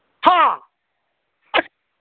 ꯍꯥ ꯑꯁ